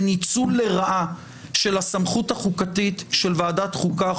ניצול לרעה של הסמכות החוקתית של ועדת החוקה,